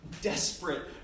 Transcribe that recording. desperate